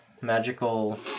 magical